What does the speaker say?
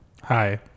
Hi